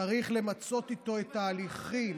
צריך למצות איתו את ההליכים.